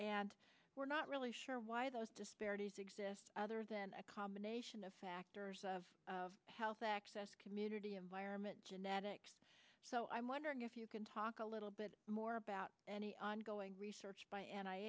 and we're not really sure why those disparities exist other than a combination of factors of health access community environment genetics so i'm wondering if you can talk a little bit more about any ongoing research